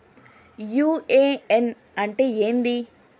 UAN అంటే ఏంది?